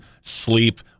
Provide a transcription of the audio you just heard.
sleep